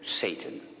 Satan